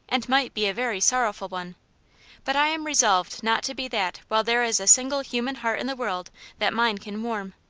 and might be a very sorrowful one but i am resolved not to be that while there is a single human heart in the world that mine can warm.